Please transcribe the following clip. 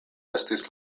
estis